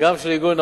וגם של ה-OECD.